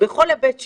בכל היבט שהוא,